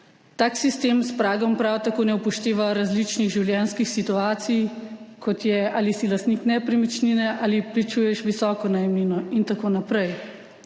Tak sistem s pragom prav tako ne upošteva različnih življenjskih situacij, kot je, ali si lastnik nepremičnine ali plačuješ visoko najemnino in tako naprej.